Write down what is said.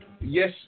yes